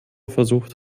versucht